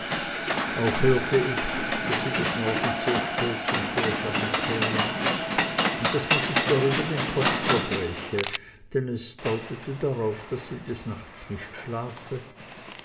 auch hörte ich daß sie des morgens sehr spät zum vorschein käme und daß man sich darüber den kopf zerbräche denn es deutete darauf daß sie des nachts nicht schlafe